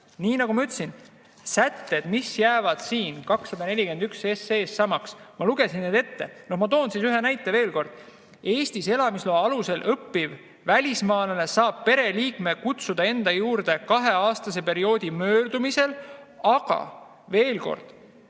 Nii nagu ma ütlesin, on need sätted, mis jäävad selles 241 SE‑s samaks. Ma lugesin need ette. Ma toon ühe näite veel. Eestis elamisloa alusel õppiv välismaalane saab pereliikme kutsuda enda juurde kaheaastase perioodi möödumisel. Aga veel kord: